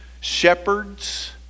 shepherds